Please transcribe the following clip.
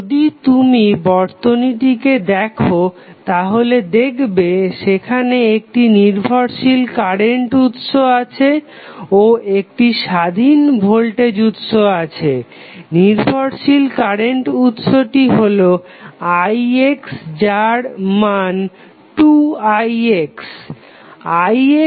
যদি তুমি বর্তনীটিকে দেখো তাহলে দেখবে সেখানে একটি নির্ভরশীল কারেন্ট উৎস আছে ও একটি স্বাধীন ভোল্টেজ উৎস আছে নির্ভরশীল কারেন্ট উৎসটি হলো ix যার মান 2ix